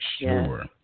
sure